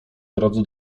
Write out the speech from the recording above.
drodze